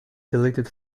deleted